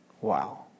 Wow